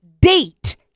date